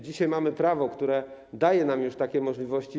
Dzisiaj mamy prawo, które daje nam już takie możliwości.